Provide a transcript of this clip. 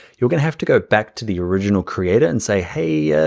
you're going to have to go back to the original creator and say, hey, yeah